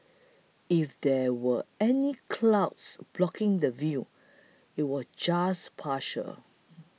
if there were any clouds blocking the view it was just partial